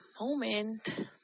moment